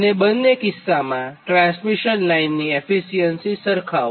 અને બંને કિસ્સામાં ટ્રાન્સમિશન લાઇનની એફીસીયન્સી સરખાવો